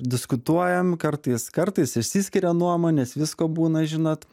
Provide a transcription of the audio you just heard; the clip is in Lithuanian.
diskutuojam kartais kartais išsiskiria nuomonės visko būna žinot